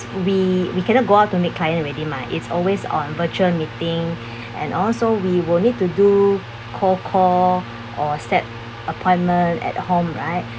we we cannot go out to meet client already mah it's always on virtual meeting and also we will need to do cold call or set appointment at home right